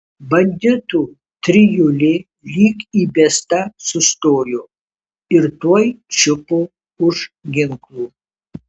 banditų trijulė lyg įbesta sustojo ir tuoj čiupo už ginklų